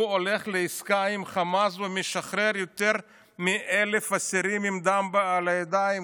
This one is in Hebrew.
הוא הולך לעסקה עם חמאס ומשחרר יותר מ-1,000 אסירים עם דם על הידיים,